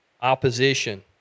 opposition